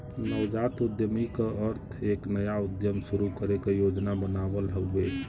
नवजात उद्यमी क अर्थ एक नया उद्यम शुरू करे क योजना बनावल हउवे